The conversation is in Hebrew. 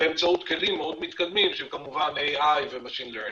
באמצעות כלים מאוד מתקדמים שהם כמובן AI ו-machine learning.